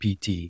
PT